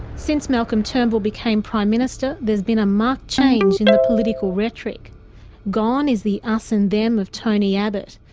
since malcolm turnbull became prime minister there's been a marked change in the political rhetoric gone is the us and them of tony abbott,